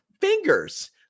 fingers